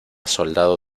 soldado